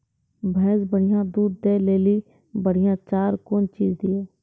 भैंस बढ़िया दूध दऽ ले ली बढ़िया चार कौन चीज दिए?